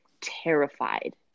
terrified